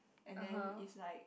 and then is like